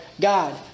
God